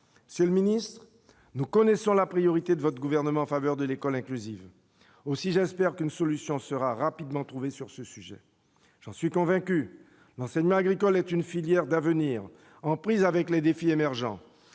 sur le ministre, nous connaissons la priorité de votre gouvernement en faveur de l'école inclusive aussi j'espère qu'une solution sera rapidement trouvée sur ce sujet, j'en suis convaincu l'enseignement agricole est une filière d'avenir en prise avec les défis émergents